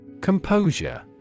Composure